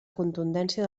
contundència